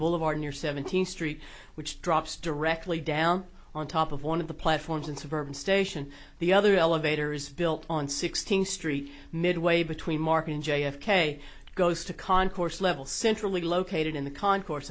boulevard in your seventeenth street which drops directly down on top of one of the platforms in suburban station the other elevator is built on sixteenth street midway between mark and j f k it goes to concourse level centrally located in the concourse